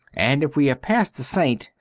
and if we have passed the saint,